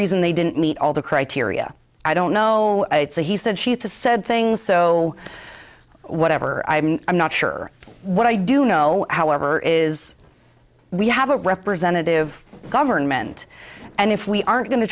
reason they didn't meet all the criteria i don't know it's a he said she said things so whatever i'm not sure what i do know however is we have a representative government and if we aren't going to